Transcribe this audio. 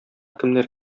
кемнәр